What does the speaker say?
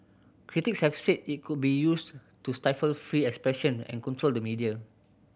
critics have said it could be used to stifle free expression and control the media